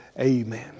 Amen